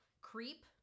Creep